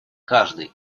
каждой